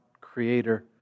Creator